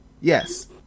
yes